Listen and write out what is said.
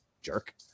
jerk